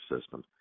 system